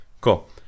Cool